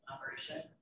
operation